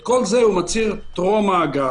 את כל זה הוא מצהיר טרום הגעתו.